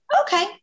Okay